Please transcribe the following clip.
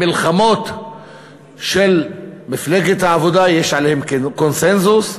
המלחמות של מפלגת העבודה, יש עליהן קונסנזוס,